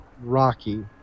rocky